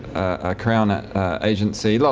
a crown ah agency, like